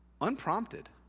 unprompted